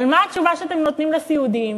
אבל מה התשובה שאתם נותנים לסיעודיים?